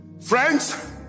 Friends